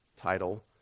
title